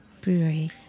Brewery